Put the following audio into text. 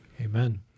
Amen